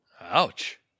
Ouch